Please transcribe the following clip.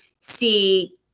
see